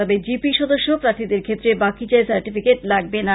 তবে জিপি সদস্য প্রার্থীদের ক্ষেত্রে বাকিজায় সাটিফিকেট লাগবেনা